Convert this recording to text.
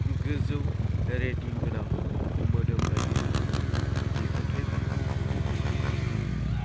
गोजौ रेटिंगोनां मोदोमनायनि दिहुनथाइफोरखौ दिन्थि